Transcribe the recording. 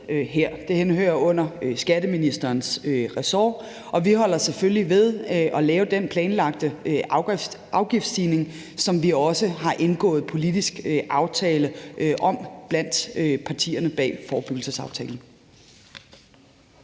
Det henhører under skatteministerens ressort. Og vi bliver selvfølgelig ved med at lave den planlagte afgiftsstigning, som vi også har indgået en politisk aftale om blandt partierne bag forebyggelsesaftalen.